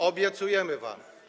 Obiecujemy wam.